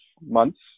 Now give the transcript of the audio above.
months